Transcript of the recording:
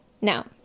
Now